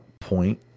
point